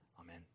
Amen